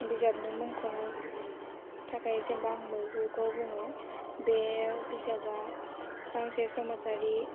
बिजाबनि मुंखौनो थाखाय जेनेबा आं मैहुरखौ बुङो बे बिजाबा गांसे समाजारि